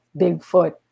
Bigfoot